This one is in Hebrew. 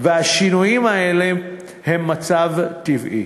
והשינויים האלה הם מצב טבעי.